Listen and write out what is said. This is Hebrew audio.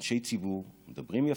אנשי ציבור, מדברים יפה,